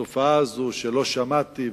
התופעה הזאת של לא שמעתי,